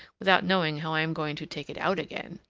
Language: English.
without knowing how i am going to take it out again.